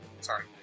Sorry